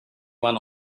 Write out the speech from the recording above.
one